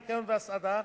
ניקיון והסעדה,